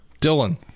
Dylan